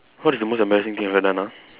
what is the most embarrassing thing I've ever done ah